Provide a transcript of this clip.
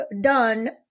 done